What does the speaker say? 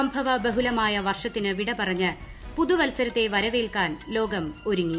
സംഭവബഹുലമായ വർഷത്തിന് വിടപറഞ്ഞ് പുതുവൽസരത്തെ വരവേൽക്കാൻ ലോകം ഒരുങ്ങി